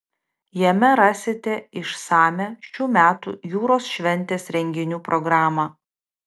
jame rasite išsamią šių metų jūros šventės renginių programą